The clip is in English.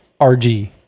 RG